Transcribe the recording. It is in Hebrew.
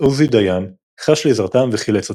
עוזי דיין, חש לעזרתם וחילץ אותם.